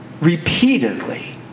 repeatedly